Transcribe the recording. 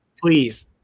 please